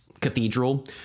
cathedral